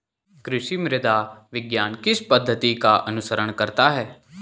कृषि मृदा विज्ञान किस पद्धति का अनुसरण करता है?